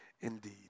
indeed